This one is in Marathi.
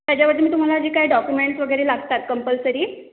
त्याच्यावरती मी तुम्हाला जे काही डॉक्युमेंटस वगैरे लागतात कंपल्सरी